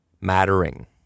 mattering